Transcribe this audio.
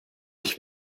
ich